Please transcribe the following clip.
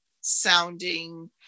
sounding